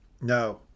no